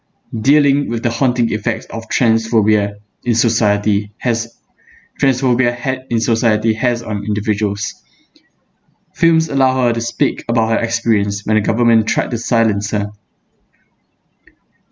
dealing with the haunting effects of transphobia in society has transphobia had in society has on individuals films allow her to speak about her experience when the government tried to silence her